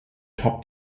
top